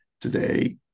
today